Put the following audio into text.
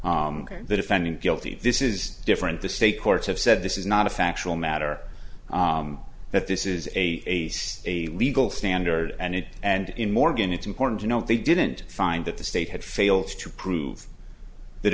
prove the defendant guilty this is different the state courts have said this is not a factual matter that this is a legal standard and it and in morgan it's important to note they didn't find that the state had failed to prove th